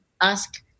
ask